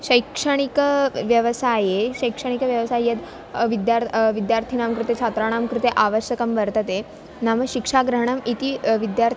शैक्षणिकव्यवसाये शैक्षणिकव्यवसाय यद् विद्यार् विद्यार्थिनां कृते छात्राणां कृते आवश्यकं वर्तते नाम शिक्षाग्रहणम् इति विद्यार्